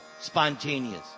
Spontaneous